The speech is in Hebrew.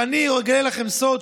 ואני אגלה לכם סוד,